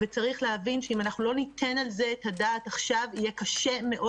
וצריך להבין שאם אנחנו לא ניתן על זה הדעת עכשיו יהיה קשה מאוד